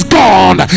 gone